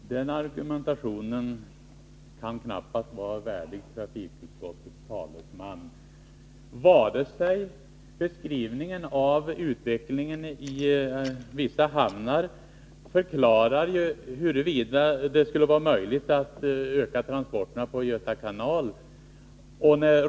Fru talman! Den argumentation Birger Rosqvist för kan knappast vara värdig trafikutskottets talesman. Beskrivningen av utvecklingen i vissa hamnar är heller inget svar på frågan huruvida det skulle vara möjligt att utöka transporterna på Göta kanal.